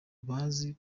bazi